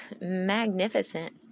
magnificent